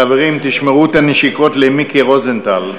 חברים, תשמרו את הנשיקות למיקי רוזנטל.